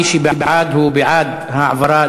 מי שבעד, הוא בעד העברה